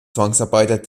zwangsarbeiter